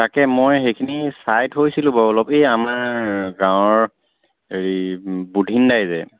তাকে মই সেইখিনি চাই থৈছিলোঁ বাৰু অলপ এই আমাৰ গাঁৱৰ হেৰি বুধিন দাই যে